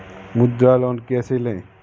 मुद्रा लोन कैसे ले?